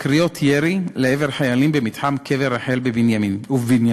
תקריות ירי לעבר חיילים במתחם קבר רחל ובבנימין.